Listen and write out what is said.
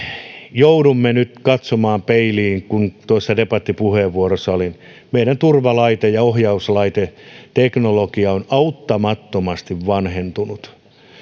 joudumme nyt katsomaan peiliin kuten tuossa debattipuheenvuorossa sanoin meidän turvalaite ja ohjauslaiteteknologia on auttamattomasti vanhentunut